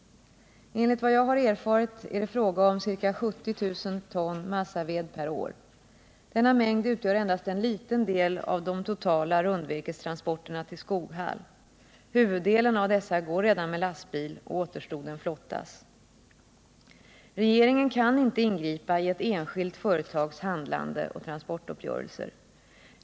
Enligt vad jag har erfarit är det fråga om ca 70 000 ton massaved per år. Denna mängd utgör endast en liten del av de totala rundvirkestransporterna till Skoghall. Huvuddelen av dessa går redan med lastbil och återstoden flottas. Regeringen kan inte ingripa i ett enskilt företags handlande och i dess transportuppgörelser.